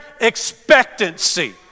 expectancy